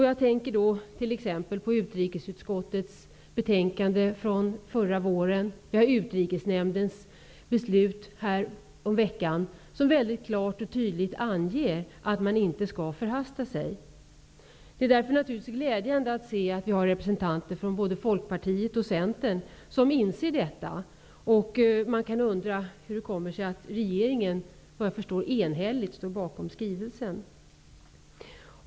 Jag tänker på t.ex. utrikesutskottets betänkande från förra våren och Utrikesnämndens beslut häromveckan, som klart och tydligt anger att man inte skall förhasta sig. Det är därför naturligtvis glädjande att se att det finns representanter från både Folkpartiet och Centern som inser detta. Hur kommer det sig då att regeringen enhälligt står bakom skrivelsen?